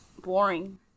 boring